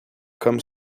comme